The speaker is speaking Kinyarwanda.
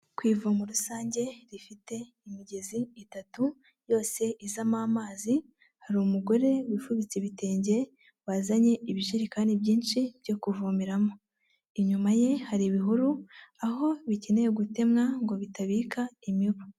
Ku ivumo rusange rifite imigezi itatu yose izamo amazi, hari umugore wifubitse ibitenge wazanye ibijerekani byinshi byo kuvomeramo, inyuma ye hari ibihuru aho bikeneye gutemwa ngo bitabika imibu.